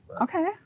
Okay